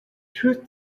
truth